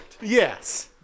Yes